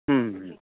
হুম